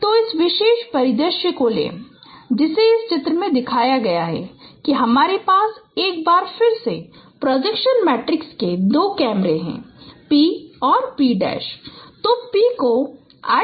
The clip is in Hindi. तो इस विशेष परिदृश्य को लें जिसे इस चित्र में दिखाया गया है कि हमारे पास एक बार फिर से प्रोजेक्शन मैट्रिक्स के दो कैमरे हैं P और P तो P को I